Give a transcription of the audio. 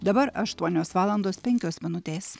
dabar aštuonios valandos penkios minutės